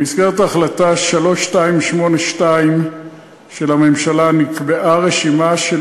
במסגרת החלטה 3282 של הממשלה נקבעה רשימה של